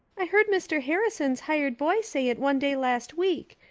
i heard mr. harrison's hired boy say it one day last week,